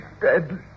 dead